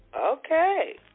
Okay